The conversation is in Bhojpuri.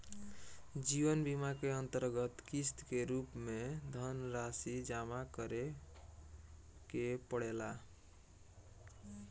जीवन बीमा के अंतरगत किस्त के रूप में धनरासि जमा करे के पड़ेला